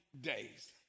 days